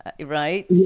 right